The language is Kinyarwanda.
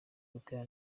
butera